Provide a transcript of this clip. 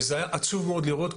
וזה היה עצוב מאוד לראות,